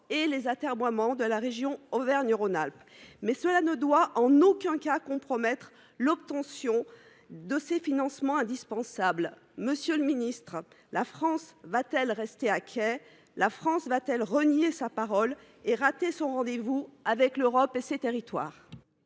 et les atermoiements de la région Auvergne Rhône Alpes. Mais cela ne doit en aucun cas compromettre l’obtention de ces financements indispensables. Monsieur le ministre, la France va t elle rester à quai ? Va t elle renier sa parole et rater son rendez vous avec l’Europe et ses territoires ?